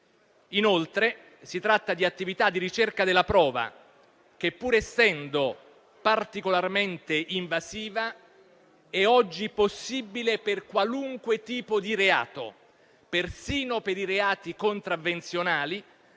Inoltre, si tratta di attività di ricerca della prova che, pur essendo particolarmente invasiva, è oggi possibile per qualunque tipo di reato, persino per le contravvenzioni,